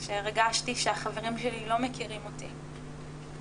שהרגשתי שהחברים שלי לא מכירים אותי,